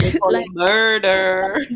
Murder